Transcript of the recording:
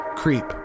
creep